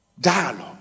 dialogue